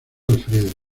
alfredo